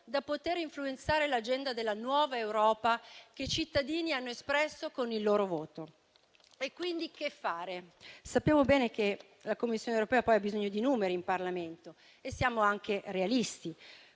da poter influenzare l'agenda della nuova Europa che i cittadini hanno espresso con il loro voto. Quindi che fare? Sappiamo bene che la Commissione europea ha bisogno di numeri in Parlamento e siamo anche realisti.